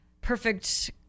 perfect